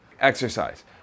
exercise